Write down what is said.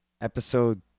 Episode